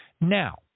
Now